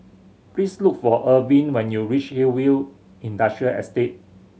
please look for Irvin when you reach Hillview Industrial Estate